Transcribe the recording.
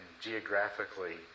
geographically